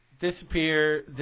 disappear